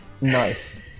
Nice